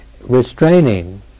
restraining